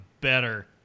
better